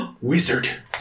Wizard